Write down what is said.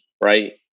right